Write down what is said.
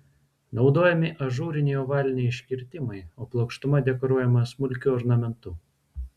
naudojami ažūriniai ovaliniai iškirtimai o plokštuma dekoruojama smulkiu ornamentu